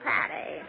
Patty